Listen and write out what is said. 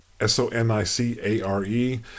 s-o-n-i-c-a-r-e